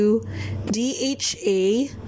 D-H-A